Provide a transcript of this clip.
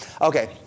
Okay